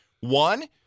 One